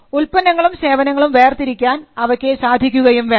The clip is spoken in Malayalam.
ഉല്പന്നങ്ങളും സേവനങ്ങളും വേർതിരിക്കാൻ അവക്ക് സാധിക്കുകയും വേണം